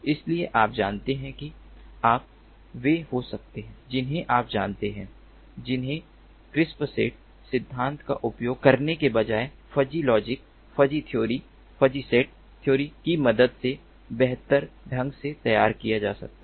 इसलिए आप जानते हैं कि आप वे हो सकते हैं जिन्हें आप जानते हैं जिन्हें क्रिस्प सेट सिद्धांत का उपयोग करने के बजाय fuzzy logic fuzzy theory fuzzy set theory की मदद से बेहतर ढंग से तैयार किया जा सकता है